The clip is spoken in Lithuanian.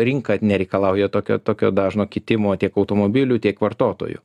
rinka nereikalauja tokio tokio dažno kitimo tiek automobilių tiek vartotojų